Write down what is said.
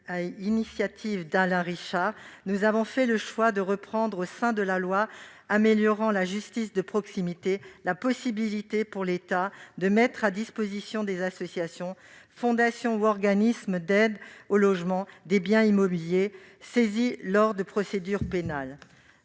l'initiative d'Alain Richard, nous avons fait le choix de reprendre, au sein de la loi améliorant la justice de proximité et de la réponse pénale, la possibilité pour l'État de mettre à disposition des associations, fondations ou organismes d'aide au logement des biens immobiliers saisis lors de procédures pénales.